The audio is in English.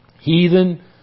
Heathen